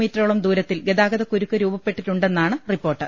മീറ്ററോളം ദൂരത്തിൽ ഗതാഗതക്കുരുക്ക് രൂപപ്പെട്ടിട്ടുണ്ടെന്നാണ് റിപ്പോർട്ട്